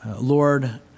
Lord